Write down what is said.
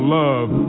love